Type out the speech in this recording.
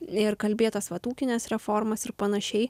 ir kalbėtas vat ūkines reformas ir panašiai